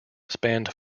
spanned